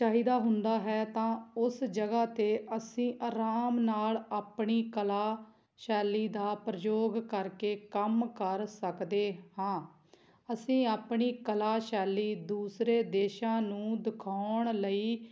ਚਾਹੀਦਾ ਹੁੰਦਾ ਹੈ ਤਾਂ ਉਸ ਜਗ੍ਹਾ 'ਤੇ ਅਸੀਂ ਆਰਾਮ ਨਾਲ ਆਪਣੀ ਕਲਾ ਸ਼ੈਲੀ ਦਾ ਪ੍ਰਯੋਗ ਕਰਕੇ ਕੰਮ ਕਰ ਸਕਦੇ ਹਾਂ ਅਸੀਂ ਆਪਣੀ ਕਲਾ ਸ਼ੈਲੀ ਦੂਸਰੇ ਦੇਸ਼ਾਂ ਨੂੰ ਦਿਖਾਉਣ ਲਈ